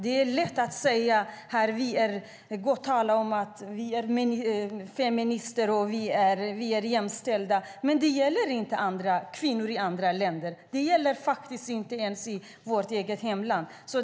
Det är lätt att prata om att vi är feminister och att vi är jämställda. Men det gäller inte kvinnor i andra länder. Det gäller faktiskt inte ens i vårt eget land.